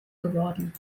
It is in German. geworden